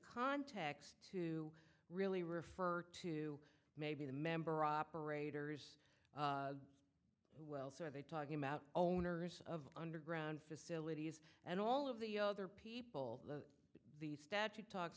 context to really refer to maybe the member operators well so are they talking about owners of underground facilities and all of the other people the statute talks